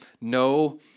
no